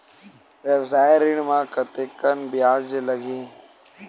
व्यवसाय ऋण म कतेकन ब्याज लगही?